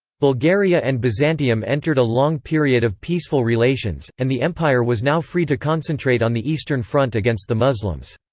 bulgaria and byzantium entered a long period of peaceful relations, and the empire was now free to concentrate on the eastern front against the muslims.